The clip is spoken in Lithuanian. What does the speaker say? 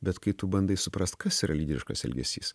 bet kai tu bandai suprast kas yra lyderiškas elgesys